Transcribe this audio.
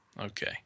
okay